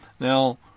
now